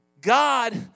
God